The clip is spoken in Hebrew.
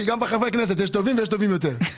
כי גם בחברי הכנסת, יש טובים ויש טובים יותר.